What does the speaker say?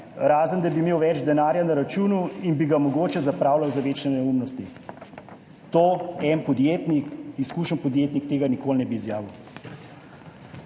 razen da bi imel več denarja na računu in bi ga mogoče zapravljal za večje neumnosti.« En podjetnik, izkušen podjetnik tega nikoli ne bi izjavil.